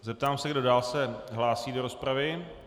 Zeptám se, kdo dál se hlásí do rozpravy.